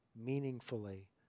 meaningfully